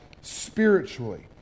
spiritually